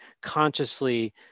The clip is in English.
consciously